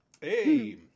Hey